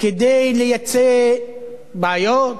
כדי לייצא בעיות,